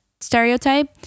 stereotype